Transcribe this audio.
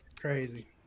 Crazy